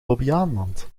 bobbejaanland